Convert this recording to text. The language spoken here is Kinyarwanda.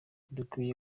dukwiye